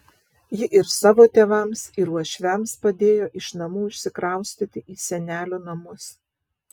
ji ir savo tėvams ir uošviams padėjo iš namų išsikraustyti į senelių namus